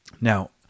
now